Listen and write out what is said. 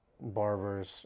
barbers